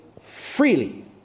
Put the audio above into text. freely